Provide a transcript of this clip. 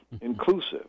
inclusive